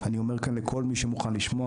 אני אומר כאן לכל מי שמוכן לשמוע,